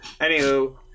Anywho